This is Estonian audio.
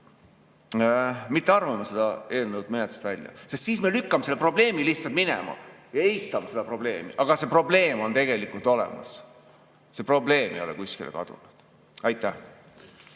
mitte arvama seda eelnõu menetlusest välja, sest siis me lükkame selle probleemi lihtsalt [kõrvale] ja eitame seda, aga see probleem on tegelikult olemas. See probleem ei ole kuskile kadunud. Aitäh!